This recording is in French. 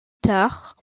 tard